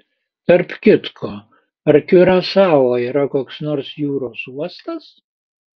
tarp kitko ar kiurasao yra koks nors jūros uostas